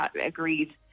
agreed